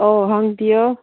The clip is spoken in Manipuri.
ꯑꯧ ꯍꯪꯕꯤꯌꯨ